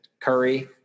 Curry